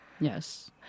Yes